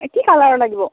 এই কি কালাৰৰ লাগিব